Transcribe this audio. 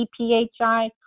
ePHI